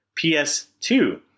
PS2